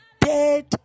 dead